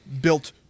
built